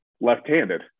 left-handed